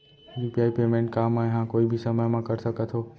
UPI payment का मैं ह कोई भी समय म कर सकत हो?